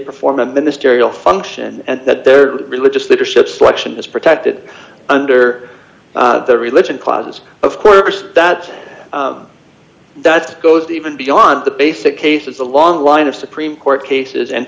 perform a ministerial function and that their religious leadership selection is protected under the religion causes of course that that goes even beyond the basic case of the long line of supreme court cases and